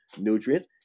nutrients